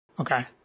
Okay